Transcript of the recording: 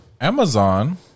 Amazon